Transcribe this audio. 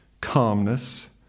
calmness